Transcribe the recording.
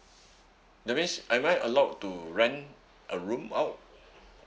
that means am I allowed to rent a room out